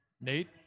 Nate